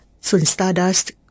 Stardust